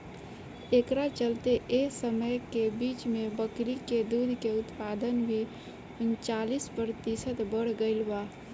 एकरा चलते एह समय के बीच में बकरी के दूध के उत्पादन भी उनचालीस प्रतिशत बड़ गईल रहे